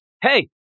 hey